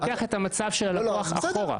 לוקח את המצב של הלקוח אחורה.